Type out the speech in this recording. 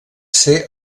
ser